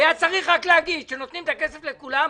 היה צריך רק להגיד שנותנים את הכסף לכולם,